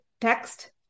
text